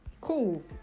Cool